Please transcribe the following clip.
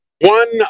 One